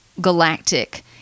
galactic